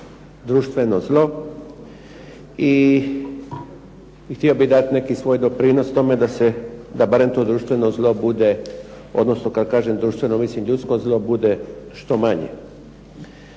htio bih dati neki svoj doprinos tome da se, da barem to društveno zlo bude, odnosno kad kažem društveno mislim ljudsko zlo, bude što manje.